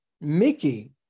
mickey